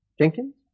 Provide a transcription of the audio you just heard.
Jenkins